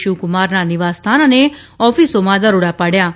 શિવકુમારના નિવાસ સ્થાન અને ઓફિસોમાં દરોડા પાડ્યા છે